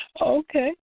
Okay